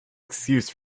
excuse